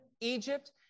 Egypt